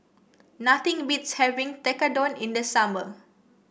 nothing beats having Tekkadon in the summer